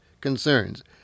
concerns